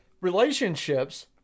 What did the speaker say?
relationships